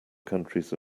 countries